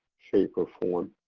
shape, or form.